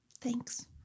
Thanks